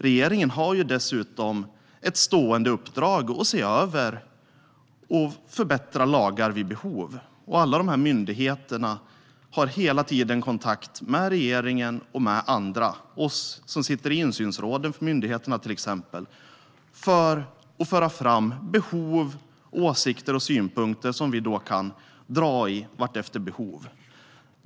Regeringen har dessutom ett stående uppdrag att se över och förbättra lagar vid behov, och alla de här myndigheterna har hela tiden kontakt med regeringen och med andra, oss som sitter i insynsråden för myndigheterna till exempel, för att föra fram behov, åsikter och synpunkter som vi kan dra i efter behov.